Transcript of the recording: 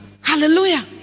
Hallelujah